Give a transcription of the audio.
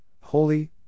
holy